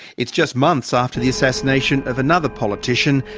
it's just months after the assassination of another politician,